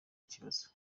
ikibazo